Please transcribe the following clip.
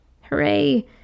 Hooray